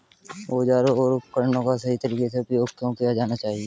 औजारों और उपकरणों का सही तरीके से उपयोग क्यों किया जाना चाहिए?